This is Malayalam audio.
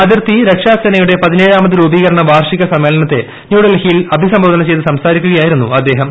അതിർത്തി രക്ഷാ സേനയുടെ പതിനേഴാമത് രൂപീകരണ വാർഷിക സമ്മേളനത്തെ ന്യൂഡൽഹിയിൽ അഭിസംബോധന ചെയ്ത് സംസാരിക്കുകയായിരുന്നു അദ്ദേഹം